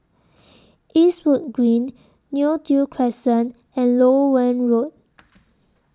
Eastwood Green Neo Tiew Crescent and Loewen Road